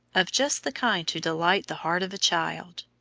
of just the kind to delight the heart of a child.